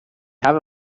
have